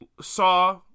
saw